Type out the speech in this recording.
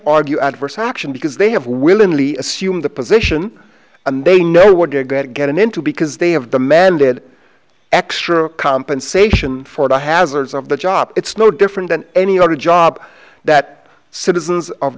argue adverse action because they have willingly assumed the position and they know what they're going to get into because they have demanded extra compensation for the hazards of the job it's no different than any other job that citizens of